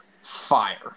fire